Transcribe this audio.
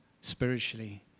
spiritually